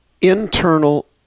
internal